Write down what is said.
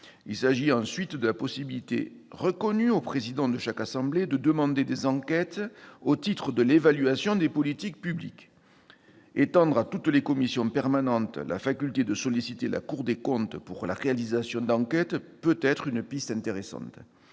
Il s'agit, ensuite, de la possibilité ouverte au président de chaque assemblée de demander la réalisation d'enquêtes au titre de l'évaluation des politiques publiques. Étendre à toutes les commissions permanentes la faculté de solliciter la Cour des comptes pour la réalisation d'enquêtes peut constituer une piste intéressante.